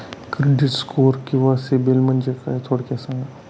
Credit score किंवा सिबिल म्हणजे काय? थोडक्यात सांगा